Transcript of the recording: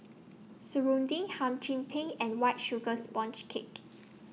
Serunding Hum Chim Peng and White Sugar Sponge Cake